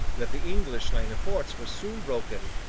that the english line of forts was soon broken,